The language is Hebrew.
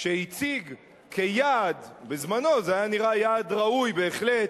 שהציג כיעד, בזמנו זה היה נראה יעד ראוי בהחלט,